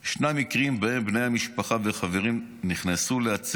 ישנם מקרים שבהם בני משפחה וחברים נכנסו להציל